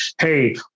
Hey